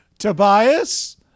Tobias